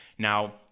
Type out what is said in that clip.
Now